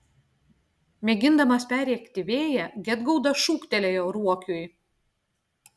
mėgindamas perrėkti vėją gedgaudas šūktelėjo ruokiui